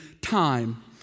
time